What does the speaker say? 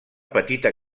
petita